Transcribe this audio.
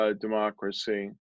democracy